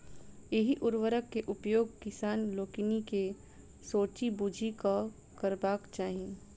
एहि उर्वरक के उपयोग किसान लोकनि के सोचि बुझि कअ करबाक चाही